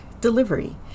delivery